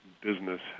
business